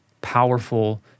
powerful